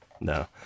no